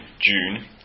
June